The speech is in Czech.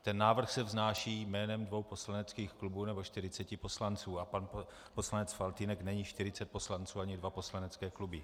Ten návrh se vznáší jménem dvou poslaneckých klubů nebo 40 poslanců a pan poslanec Faltýnek není 40 poslanců ani dva poslanecké kluby.